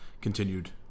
continued